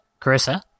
Carissa